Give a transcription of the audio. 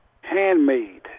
handmade